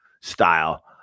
style